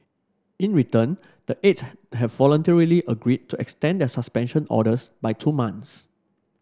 in return the eight have voluntarily agreed to extend their suspension orders by two months